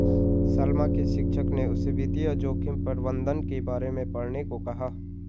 सलमा के शिक्षक ने उसे वित्तीय जोखिम प्रबंधन के बारे में पढ़ने को कहा